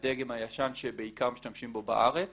לולים מהדגם הישן שבעיקר משתמשים בו בארץ